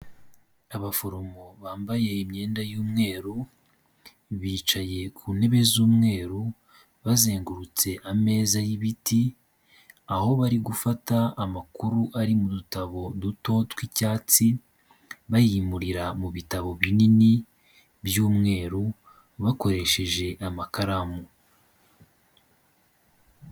Abaforomo bambaye imyenda y'umweru bicaye ku ntebe z'umweru bazengurutse ameza y'ibiti aho bari gufata amakuru ari mu dutabo duto tw'icyatsi bayimurira mu bitabo binini by'umweru bakoresheje amakaramu.